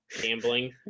gambling